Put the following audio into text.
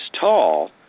tall